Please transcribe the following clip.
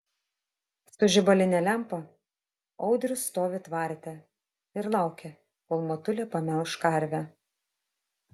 su žibaline lempa audrius stovi tvarte ir laukia kol motulė pamelš karvę